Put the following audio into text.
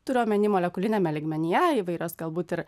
turiu omeny molekuliniame lygmenyje įvairios galbūt ir